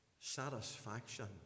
satisfaction